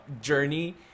journey